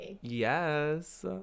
Yes